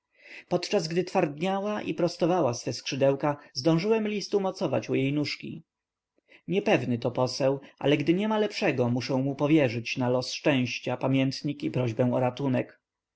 podczas gdy twardniała i prostowała swe skrzydełka zdążyłem list umocować u jej nóżki niepewny to poseł ale gdy niema lepszego muszę mu powierzyć na los szczęścia pamiętnik i prośbę o ratunek